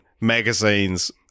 magazines